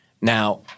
Now